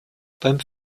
beim